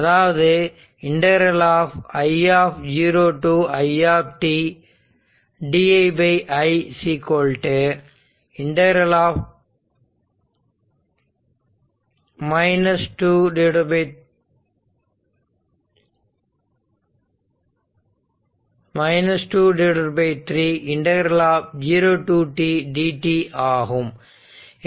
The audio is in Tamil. அதாவது i to i ∫di i 2 3 0 to t ∫dt ஆகும்